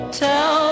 tell